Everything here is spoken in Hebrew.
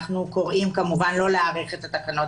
אנחנו קוראים כמובן לא להאריך את התקנות